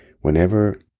whenever